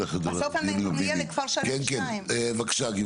כן, בבקשה.